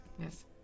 Yes